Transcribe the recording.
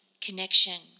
connection